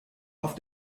auf